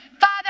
Father